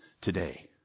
today